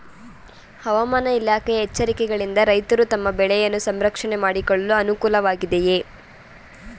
ಹವಾಮಾನ ಇಲಾಖೆಯ ಎಚ್ಚರಿಕೆಗಳಿಂದ ರೈತರು ತಮ್ಮ ಬೆಳೆಗಳನ್ನು ಸಂರಕ್ಷಣೆ ಮಾಡಿಕೊಳ್ಳಲು ಅನುಕೂಲ ವಾಗಿದೆಯೇ?